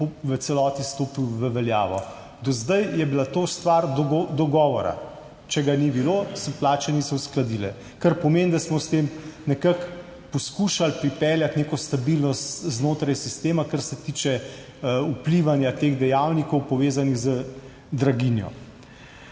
v celoti stopil v veljavo. Do zdaj je bila to stvar dogovora. Če ga ni bilo, se plače niso uskladile. Kar pomeni, da smo s tem nekako poskušali pripeljati neko stabilnost znotraj sistema, kar se tiče vplivanja teh dejavnikov, povezanih z draginjo.